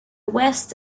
west